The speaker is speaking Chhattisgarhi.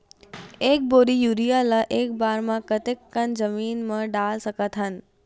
एक बोरी यूरिया ल एक बार म कते कन जमीन म डाल सकत हन?